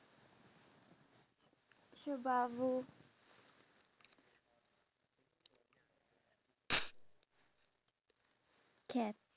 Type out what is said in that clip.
have the money to pay for the pets before you even have the money so that I can take over and name them